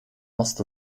ost